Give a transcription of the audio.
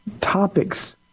topics